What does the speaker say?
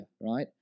right